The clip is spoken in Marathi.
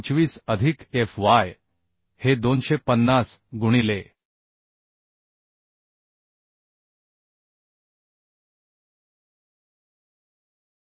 25 अधिक F y हे 250 गुणिले A t g 400 गुणिले गॅमा m0 हे 1